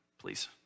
please